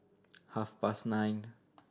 half past nine